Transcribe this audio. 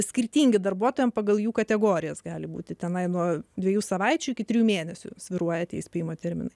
skirtingi darbuotojams pagal jų kategorijas gali būti tenai nuo dviejų savaičių iki trijų mėnesių svyruojate įspėjimo terminui